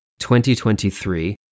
2023